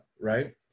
right